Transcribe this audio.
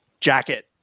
jacket